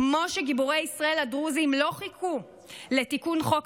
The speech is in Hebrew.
כמו שגיבורי ישראל הדרוזים לא חיכו לתיקון חוק